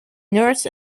nerds